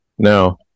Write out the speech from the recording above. No